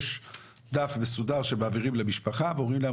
יש דף מסודר שמעבירים למשפחה ואומרים להם